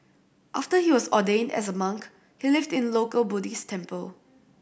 after he was ordained as a monk he lived in a local Buddhist temple